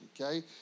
okay